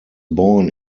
born